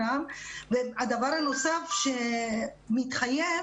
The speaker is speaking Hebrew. הדבר הנוסף שמתחייב